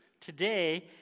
today